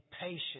patience